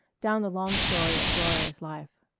down the long story of gloria's life.